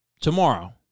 tomorrow